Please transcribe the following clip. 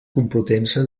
complutense